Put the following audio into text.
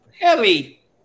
Ellie